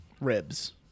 Ribs